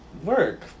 work